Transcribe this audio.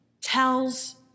tells